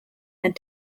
and